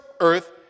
earth